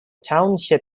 township